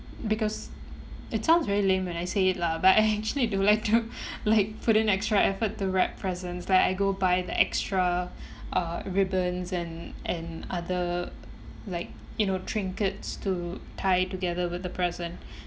because it sounds very lame when I say it lah but I actually do like to like put in extra effort to wrap presents like I go buy the extra uh ribbons and and other like you know trinkets to tie together with the present